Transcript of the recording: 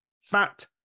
fat